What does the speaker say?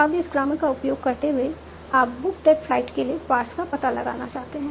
अब इस ग्रामर का उपयोग करते हुए आप बुक दैट फ्लाइट के लिए पार्स का पता लगाना चाहते हैं